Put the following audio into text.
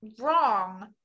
wrong